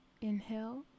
Inhale